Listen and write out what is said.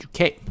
uk